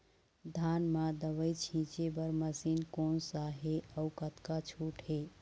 धान म दवई छींचे बर मशीन कोन सा हे अउ कतका छूट हे?